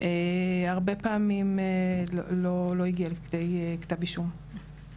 הרבה פעמים לא הגיע לכדי כתב אישום.